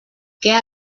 què